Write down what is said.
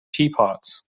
teapots